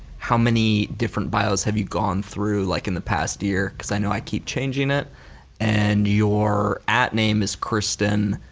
how many different bios have you gone through like in the past year? cause i know i keep changing it and your at name is kristinncoffey